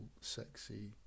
sexy